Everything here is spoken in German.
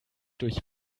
durch